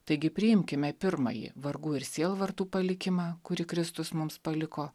taigi priimkime pirmąjį vargų ir sielvartų palikimą kurį kristus mums paliko